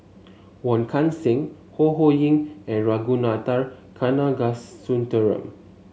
Wong Kan Seng Ho Ho Ying and Ragunathar Kanagasuntheram